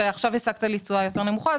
עכשיו השגת לי תשואה נמוכה יותר.